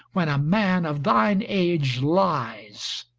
when a man of thine age lies!